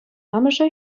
амӑшӗ